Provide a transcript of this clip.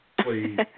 Please